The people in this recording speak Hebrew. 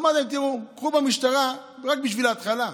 אמרתי להם: תראו, קחו במשטרה, רק בשביל ההתחלה,